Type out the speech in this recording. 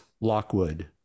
Lockwood